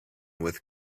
with